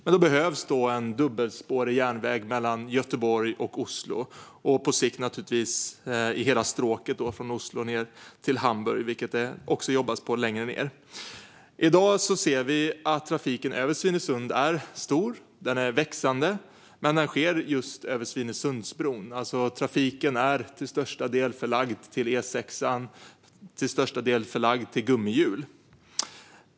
Men då behövs det en dubbelspårig järnväg mellan Göteborg och Oslo och på sikt, naturligtvis, på hela stråket från Oslo ned till Hamburg, vilket det också jobbas på längre ned. I dag ser vi att trafiken över Svinesund är stor. Den är växande. Men man åker just över Svinesundsbron. Trafiken är alltså till största del förlagd till E6:an, och man åker till största del på gummihjul.